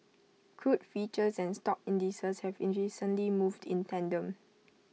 crude futures and stock indices have recently moved in tandem